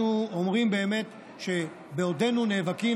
אנחנו אומרים שבעודנו נאבקים,